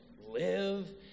live